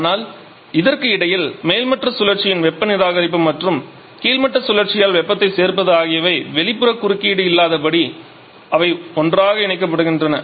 ஆனால் அதற்கு இடையில் மேல்மட்ட சுழற்சியுடன் வெப்ப நிராகரிப்பு மற்றும் கீழ்மட்ட சுழற்சியால் வெப்பத்தை சேர்ப்பது ஆகியவை வெளிப்புற குறுக்கீடு இல்லாதபடி அவை ஒன்றாக இணைக்கப்படுகின்றன